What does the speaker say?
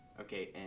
Okay